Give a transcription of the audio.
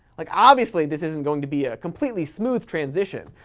like obviously this isn't going to be a completely smooth transition,